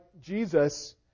Jesus